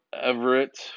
Everett